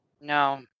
No